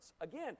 Again